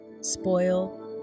SPOIL